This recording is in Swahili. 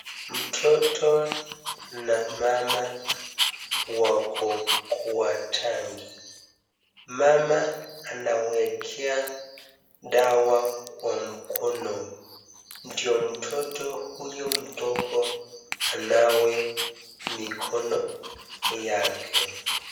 Mtoto na mama wako kwa tanki. Mama anawekea dawa kwa mkono, ndio mtoto huyo mdogo anawe mikono yake.